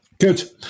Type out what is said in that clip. good